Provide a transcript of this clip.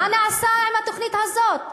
מה נעשה עם התוכנית הזאת?